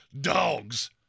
dogs